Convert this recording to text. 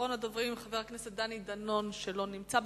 אחרון הדוברים, חבר הכנסת דני דנון, לא נמצא.